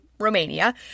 Romania